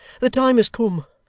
the time has come,